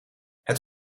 het